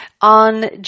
on